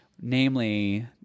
namely